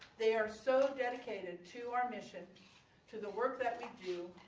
they are so dedicated to our mission to the work that we do